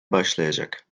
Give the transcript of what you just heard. başlayacak